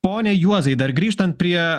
pone juozai dar grįžtant prie